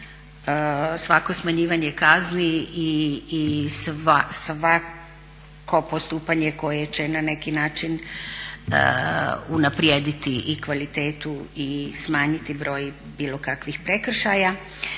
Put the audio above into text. svako smanjivanje kazni i svako postupanje koje će na neki način unaprijediti i kvalitetu i smanjiti broj bilo kakvih prekršaja,